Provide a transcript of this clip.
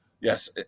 Yes